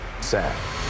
sad